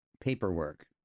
paperwork